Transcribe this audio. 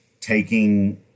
taking